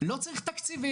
לא צריך תקציבים,